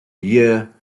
year